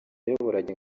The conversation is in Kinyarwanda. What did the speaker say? yayoboraga